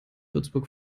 würzburg